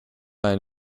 and